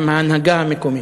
עם ההנהגה המקומית.